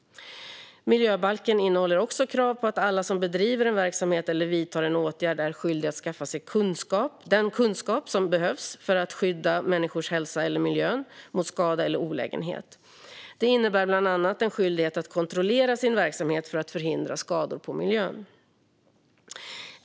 Miljöbalken innehåller också krav på att alla som bedriver en verksamhet eller vidtar en åtgärd är skyldiga att skaffa sig den kunskap som behövs för att skydda människors hälsa eller miljön mot skada eller olägenhet. Detta innebär bland annat en skyldighet att kontrollera sin verksamhet för att förhindra skador på miljön.